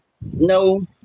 No